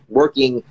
working